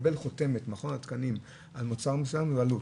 לקבל חותמת מכון התקנים על מוצר מסוים זו עלות,